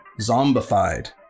zombified